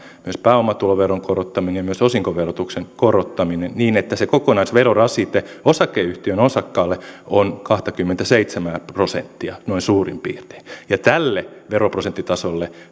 pääomatuloveron korottaminen myös osinkoverotuksen korottaminen niin että se kokonaisverorasite osakeyhtiön osakkaalle on kahtakymmentäseitsemää prosenttia noin suurin piirtein ja tälle veroprosenttitasolle